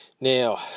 Now